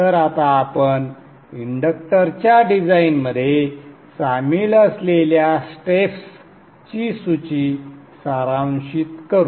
तर आता आपण इंडक्टरच्या डिझाइनमध्ये सामील असलेल्या स्टेप्सची सूची सारांशित करू